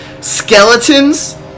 skeletons